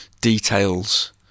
details